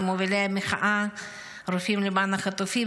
ממובילי מחאת הרופאים למען החטופים,